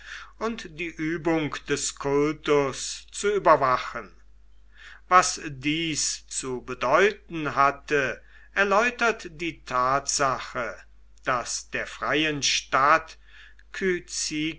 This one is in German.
und die übung des kultus zu überwachen was dies zu bedeuten hatte erläutert die tatsache daß der freien stadt